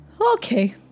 Okay